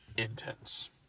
intense